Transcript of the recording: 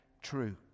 true